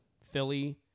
Philly